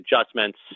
adjustments